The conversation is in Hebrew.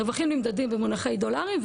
הרווחים נמדדים במונחי דולרים,